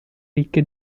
ricche